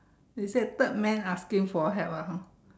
he said third man asking for help ah hor